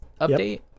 update